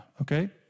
okay